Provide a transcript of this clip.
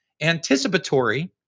anticipatory